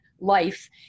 life